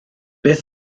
beth